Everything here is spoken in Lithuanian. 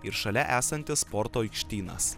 ir šalia esantis sporto aikštynas